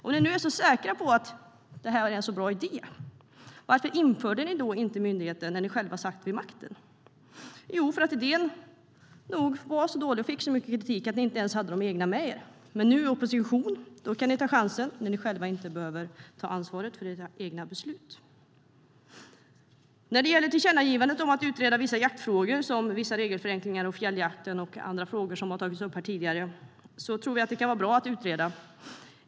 Om ni nu är så säkra på att det här är en så bra idé, varför inrättade ni inte då myndigheten när ni själva satt vid makten? Jo för att idén var så dålig och fick så mycket kritik att ni inte ens hade de egna med er. Men nu i opposition tar ni chansen när ni inte själva behöver ta ansvar för era beslut. När det gäller tillkännagivandet om att utreda vissa jaktfrågor såsom vissa regelförenklingar, fjälljakten och andra frågor som har tagits upp här tidigare tror vi att det kan vara bra att utreda dem.